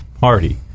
Party